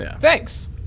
Thanks